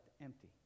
empty